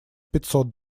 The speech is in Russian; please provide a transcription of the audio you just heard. пятьсот